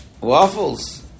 waffles